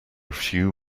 few